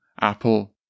Apple